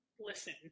Listen